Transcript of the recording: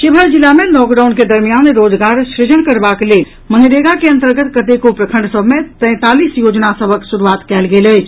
शिवहर जिला मे लॉकडाउन के दरमियान रोजगार सृजन करबाक लेल मनरेगा के अन्तर्गत कतेको प्रखंड सभ मे तैंतालीस योजना सभक शुरूआत कयल गेल अछि